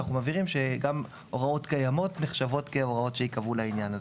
אנחנו מבהירים שגם ההוראות הקיימות נחשבות כהוראות שייקבעו לעניין הזה.